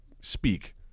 speak